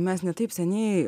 mes ne taip seniai